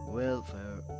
welfare